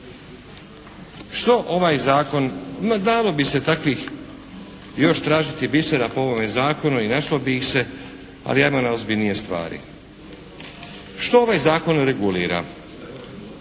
Što ovaj Zakon regulira?